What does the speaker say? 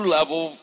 level